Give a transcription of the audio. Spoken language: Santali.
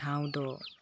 ᱴᱷᱟᱶ ᱫᱚ